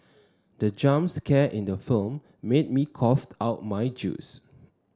the jump scare in the film made me cough out my juice